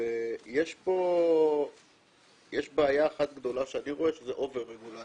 יש בעיה אחת גדולה שאני רואה, שזה אובר-רגולציה.